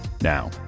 Now